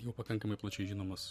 jau pakankamai plačiai žinomas